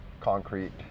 concrete